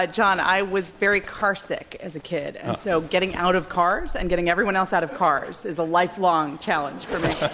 ah john, i was very car sick as a kid and so getting out of cars and getting everyone else out of cars is a lifelong challenge for me,